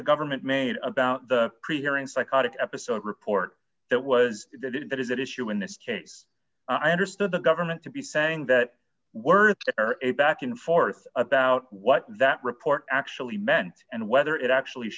the government made about the pre hearing psychotic episode report that was that issue in this case i understood the government to be saying that words are a back and forth about what that report actually meant and whether it actually